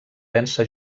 densa